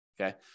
Okay